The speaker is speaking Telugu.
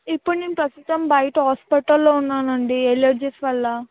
ఇప్పుడు నేను ప్రస్తుతం బయట హాస్పిటల్లో ఉన్నాను అండి ఎలర్జీస్ వల్ల